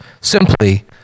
simply